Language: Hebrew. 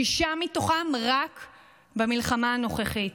שישה מתוכם רק במלחמה הנוכחית.